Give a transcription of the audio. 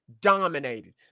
dominated